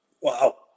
Wow